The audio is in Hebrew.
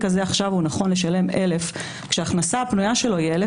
הזה עכשיו הוא נכון לשלם 1,000 כשההכנסה הפנויה שלו היא 1,000,